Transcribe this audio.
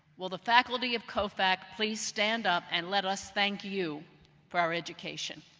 will the faculty of cofac please stand up and let us thank you for our education.